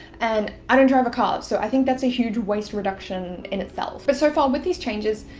and i don't drive a car, so i think that's a huge waste reduction in itself. but so far, with these changes,